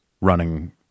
Running